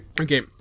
Okay